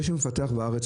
זה שמפתח בארץ,